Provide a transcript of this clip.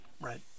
Right